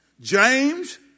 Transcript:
James